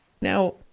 Now